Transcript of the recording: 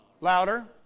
Louder